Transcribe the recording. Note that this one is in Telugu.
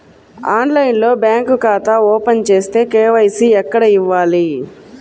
ఆన్లైన్లో బ్యాంకు ఖాతా ఓపెన్ చేస్తే, కే.వై.సి ఎక్కడ ఇవ్వాలి?